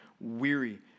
weary